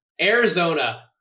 Arizona